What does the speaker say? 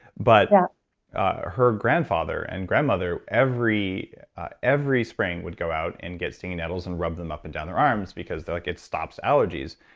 but yeah her grandfather and grandmother every every spring would go out and get stinging nettles and rub them up and down their arms because they're like, it stops allergies.